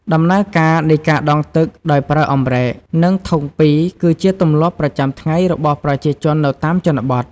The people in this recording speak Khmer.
ដំណើរការនៃការដងទឹកដោយប្រើអម្រែក និងធុងពីរ គឺជាទម្លាប់ប្រចាំថ្ងៃរបស់ប្រជាជននៅតាមជនបទ។